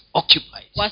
occupied